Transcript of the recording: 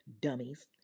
Dummies